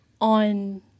on